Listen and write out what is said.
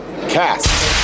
Cast